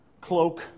cloak